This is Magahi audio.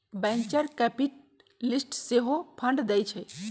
वेंचर कैपिटलिस्ट सेहो फंड देइ छइ